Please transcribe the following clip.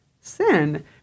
sin